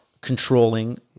controlling